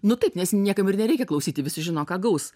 nu taip nes niekam ir nereikia klausyti visi žino ką gaus